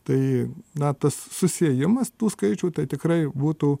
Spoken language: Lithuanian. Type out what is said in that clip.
tai ne tas susiejimas tų skaičių tai tikrai būtų